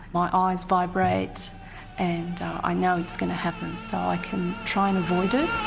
my eyes vibrate and i know it's going to happen so i can try and avoid it.